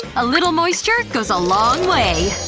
a little moisture goes a long way.